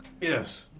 Yes